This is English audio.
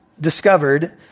discovered